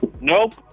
Nope